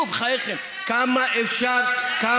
נו, בחייכם, כמה אפשר?